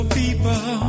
people